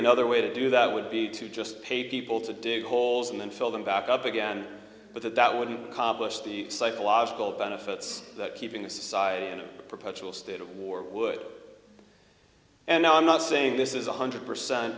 another way to do that would be to just pay people to dig holes and then fill them back up again but that wouldn't accomplish the psychological benefits that keeping the society in a perpetual state of war would and i'm not saying this is one hundred percent